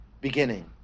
beginning